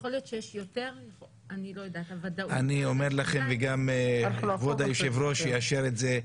יכול להיות שיש יותר -- אני אומר לכם וגם כבוד היושב-ראש יאשר את זה,